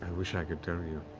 i wish i could tell you.